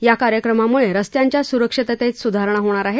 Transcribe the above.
या कार्यक्रमामुळे रस्त्यांच्या सुरक्षिततेत सुधारणा होणार आहे